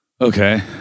Okay